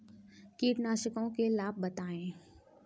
कीटनाशकों के लाभ बताएँ?